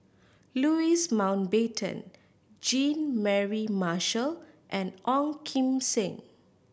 Louis Mountbatten Jean Mary Marshall and Ong Kim Seng